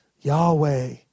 Yahweh